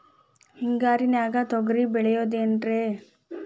ಹಿಂಗಾರಿನ್ಯಾಗ ತೊಗ್ರಿ ಬೆಳಿಬೊದೇನ್ರೇ?